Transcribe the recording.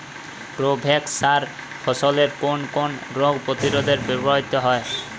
Provex সার ফসলের কোন কোন রোগ প্রতিরোধে ব্যবহৃত হয়?